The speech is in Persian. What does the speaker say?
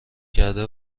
کرده